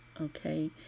okay